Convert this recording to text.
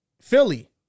Philly